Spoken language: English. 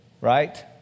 right